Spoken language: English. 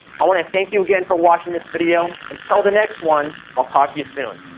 i want to thank you again for watching this video, until the next one, i'll talk to you soon.